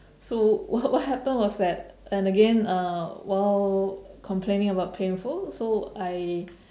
so what what happened was that and again uh while complaining about painful so I